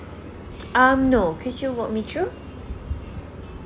um no could you walk me through